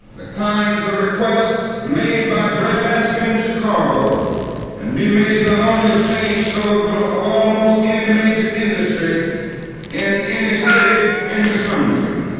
the kinds of requests made by breadbasket in chicago can and be made not only of chain stores, but ah of almost any major industry in any city in the country.